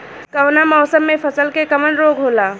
कवना मौसम मे फसल के कवन रोग होला?